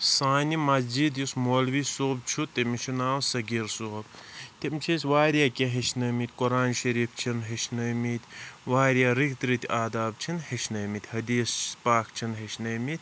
سانہِ مسجِد یُس مولوی صٲب چھُ تٔمِس چھُ ناو صٔغیٖر صٲب تٔمۍ چھِ أسۍ واریاہ کینٛہہ ہیٚچھنٲومِتۍ قُرآنِ شریٖف چھِ ہیٚچھنٲومِتۍ واریاہ رٕتۍ رٕتۍ آداب چھِ ہیٚچھنٲومٕتۍ حدیٖث پاک چھِ ہیٚچھنٲومِتۍ